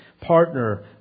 partner